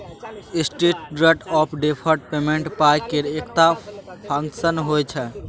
standard of deferred payment पाइ केर एकटा फंक्शन होइ छै